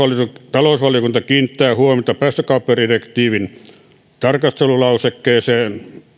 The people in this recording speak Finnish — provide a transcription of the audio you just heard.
talousvaliokunta kiinnittää huomiota päästökauppadirektiivin tarkastelulausekkeeseen